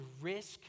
risk